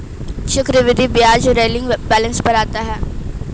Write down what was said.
चक्रवृद्धि ब्याज rolling balance पर आता है